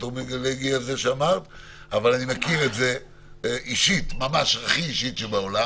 את זה אישית, ממש הכי אישית בעולם